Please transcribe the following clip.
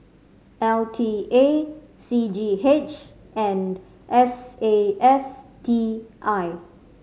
L T A C G H and S A F T I